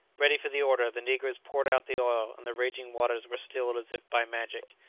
ready for the order, the negroes poured out the oil, and the raging waters were stilled as if by magic.